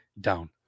down